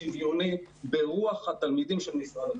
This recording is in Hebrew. שוויוני ברוח התלמידים של משרד החינוך.